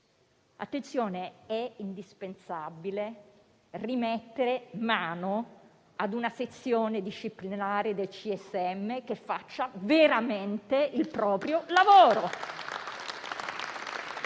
Attenzione: è indispensabile rimettere mano a una sezione disciplinare del CSM che faccia veramente il proprio lavoro.